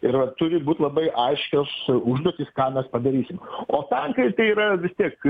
ir vat turi būt labai aiškios užduotys ką mes padarysim o tankai tai yra vis tiek